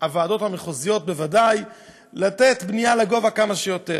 הוועדות המחוזיות היא בוודאי לתת בנייה לגובה כמה שיותר.